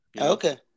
okay